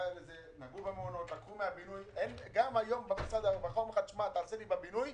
גם היום במשרד הרווחה אומרים לך: תעשה בבינוי,